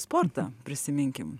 sportą prisiminkim